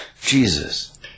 Jesus